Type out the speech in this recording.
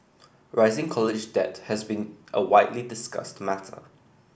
rising college debt has been a widely discussed matter